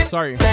Sorry